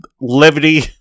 levity